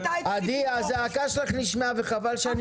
עדי, הזעקה שלך נשמעה, וחבל שאני אוציא אותך.